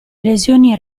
lesioni